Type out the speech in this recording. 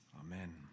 Amen